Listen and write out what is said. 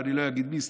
ואני לא אגיד מי,